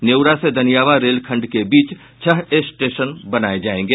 नेऊरा से दनियावां रेलखंड के बीच छह स्टेशन बनाये जायेंगे